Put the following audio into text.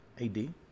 AD